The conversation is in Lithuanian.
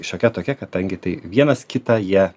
šokia tokia kadangi tai vienas kitą jie